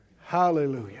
Hallelujah